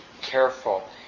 careful